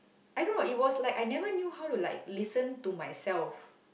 I don't know it was like I never knew how to like listen to myself